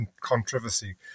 controversy